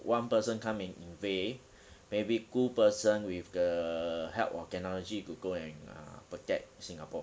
one person come and invade maybe two person with the help of technology to go and uh protect singapore